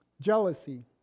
jealousy